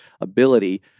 ability